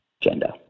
gender